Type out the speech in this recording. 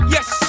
Yes